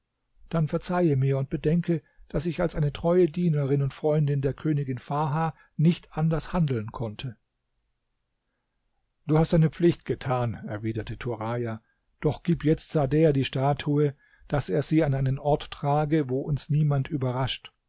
dann verzeihe mir und bedenke daß ich als eine treue dienerin und freundin der königin farha nicht anders handeln konnte du hast deine pflicht getan erwiderte turaja doch gib jetzt sader die statue daß er sie an einen ort trage wo uns niemand überrascht